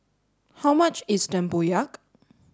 how much is Tempoyak